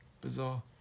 Bizarre